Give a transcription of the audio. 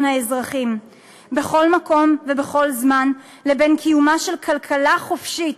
האזרחים בכל מקום ובכל זמן לבין קיומה של כלכלה חופשית,